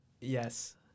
yes